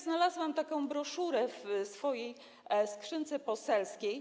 Znalazłam taką broszurę w swojej skrzynce poselskiej.